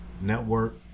Network